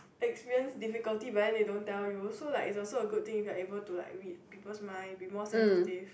experience difficulty but then they don't tell you so like it is also a good thing you are able to like read people's mind and be more sensitive